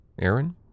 Aaron